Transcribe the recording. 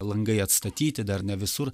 langai atstatyti dar ne visur